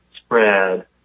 spread